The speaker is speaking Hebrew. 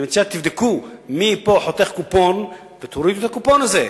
אני מציע שתבדקו מי פה חותך קופון ותורידו את הקופון זה.